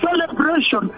celebration